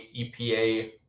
EPA